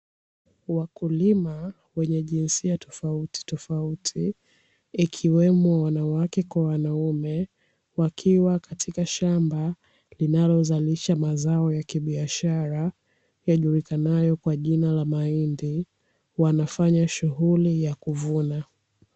Wakulima wenye jinsia tofautitofauti ikiwemo wanawake kwa wanaume wakiwa katika shamba linalozalisha mazao ya kibiashara yajulikanayo kwa jina la mahindi, wanafanya shughuli ya kuvuna.